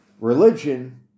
religion